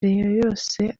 yose